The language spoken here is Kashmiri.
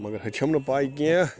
مگر ہُہ چھَمنہٕ پےَ کیٚنٛہہ